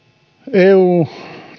eu